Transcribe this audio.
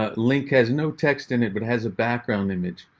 ah link has no text in it but has a background image.